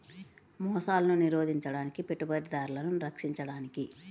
మోసాలను నిరోధించడానికి, పెట్టుబడిదారులను రక్షించడానికి